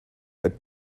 but